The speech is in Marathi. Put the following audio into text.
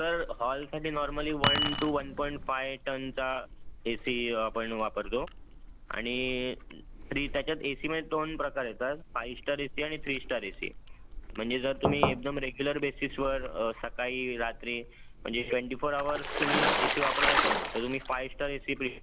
सर हॉलसाठी normally one two one point five टनचा ए सी आपण वापरतो आणि ट्री त्याच्यात ए सीमध्ये दोन प्रकार येतात फाइव स्टार ए सी आणि थ्री स्टार ए सी म्हणजे जर तुम्ही एकदम रेग्युलर बेसिसवर सकाळी रात्री म्हणजे ट्वेंटी फोर अवर्स तुम्ही ए सी वापरत असाल तर तुम्ही five star A C B